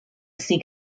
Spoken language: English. seek